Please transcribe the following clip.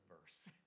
verse